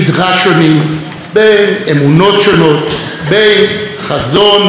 בין חזון ואידיאולוגיה לקרקע המציאות.